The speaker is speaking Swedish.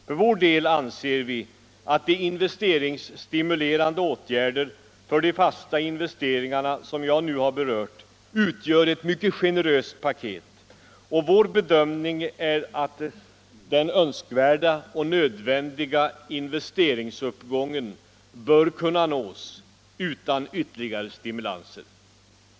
För vår del anser vi att de investeringsstimulerande åtgärder för de fasta investeringarna som jag nu berört utgör ett mycket generöst paket, och vår bedömning är att den önskvärda och nödvändiga investeringsuppgången bör kunna nås utan ytterligare stimulanser.